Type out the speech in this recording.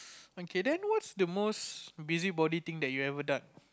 okay then what's the most busybody thing that you have ever done